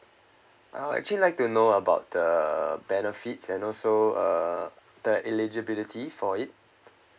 uh I'll actually like to know about the benefits and also uh the eligibility for it